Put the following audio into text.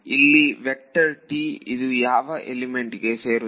ಇಲ್ಲಿ ಇದು ಯಾವ ಎಲಿಮೆಂಟ್ಗೆ ಸೇರುತ್ತದೆ